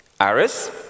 Aris